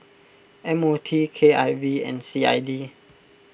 M O T K I V and C I D